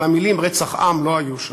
אבל המילים רצח עם לא היו שם.